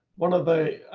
one of the